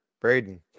Braden